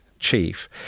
Chief